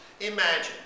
Imagine